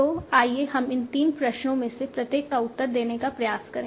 तो आइए हम इन तीन प्रश्नों में से प्रत्येक का उत्तर देने का प्रयास करें